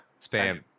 Spam